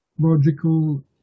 logical